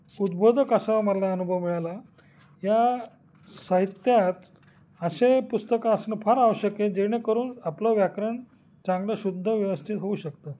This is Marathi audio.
उद्बोधक असा मला अनुभव मिळाला या साहित्यात असे पुस्तकं असणं फार आवश्यक आहे जेणेकरून आपलं व्याकरण चांगलं शुद्ध व्यवस्थित होऊ शकतं